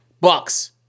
Bucks